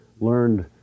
learned